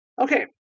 Okay